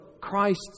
Christ